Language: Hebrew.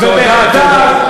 מה תפקידך בכוח, תגיד לי.